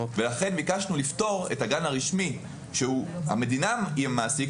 לכן ביקשנו לפטור את הגן הרשמי שהמדינה היא המעסיק,